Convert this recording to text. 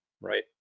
right